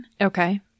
Okay